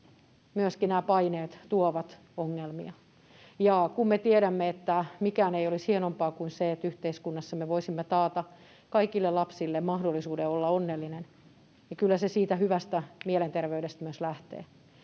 myöskin nämä paineet tuovat ongelmia. Ja kun me tiedämme, että mikään ei olisi hienompaa kuin se, että yhteiskunnassa me voisimme taata kaikille lapsille mahdollisuuden olla onnellinen, niin kyllä se siitä hyvästä mielenterveydestä myös lähtee.